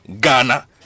Ghana